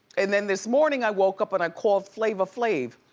and then this morning i woke up and i called flava flav.